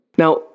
Now